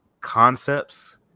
concepts